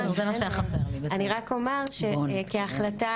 אני רק אומר שכהחלטה